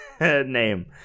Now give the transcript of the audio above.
name